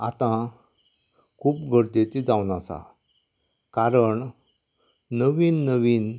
आतां खूब गरजेची जावन आसा कारण नवी नवीन